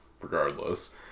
regardless